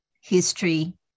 history